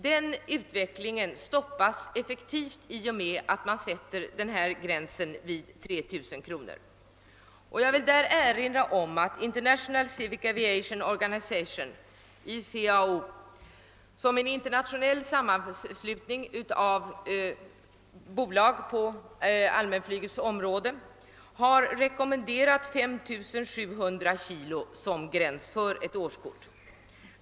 Den utvecklingen stoppas effektivt i och med att gränsen satts vid 3 000 kilo. Jag vill erinra om att International Civil Aviation Organization, ICAO, som är en internationell sammanslutning av bolag på allmänflygets område, har rekommenderat 5 700 kilo som gräns för ett årskort.